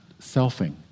selfing